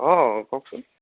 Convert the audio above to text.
অ কওকচোন